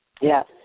Yes